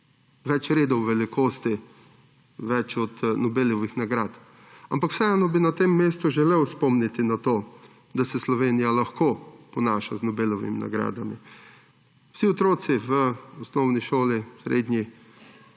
več redov velikosti, več od Nobelovih nagrad. Ampak vseeno bi na tem mestu želel spomniti na to, da se Slovenija lahko ponaša z Nobelovimi nagradami. Vsi otroci v osnovni šoli, v srednji,